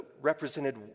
represented